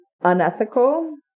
unethical